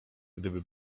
gdyby